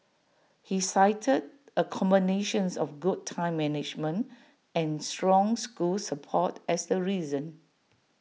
he cited A combinations of good time management and strong school support as the reason